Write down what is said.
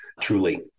truly